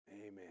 Amen